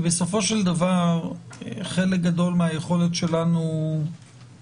כי בסופו של דבר חלק גדול מהיכולת שלנו